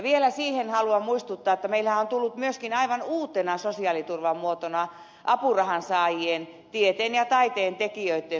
vielä siitä haluan muistuttaa että meillähän on tullut myöskin aivan uutena sosiaaliturvan muotona apurahansaajien tieteen ja taiteentekijöitten sosiaaliturva